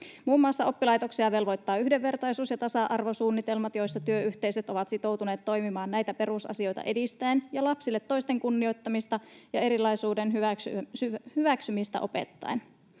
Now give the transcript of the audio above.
Muun muassa oppilaitoksia velvoittaa yhdenvertaisuus- ja tasa-arvosuunnitelmat, joissa työyhteisöt ovat sitoutuneet toimimaan näitä perusasioita edistäen ja lapsille toisten kunnioittamista ja erilaisuuden hyväksymistä opettaen.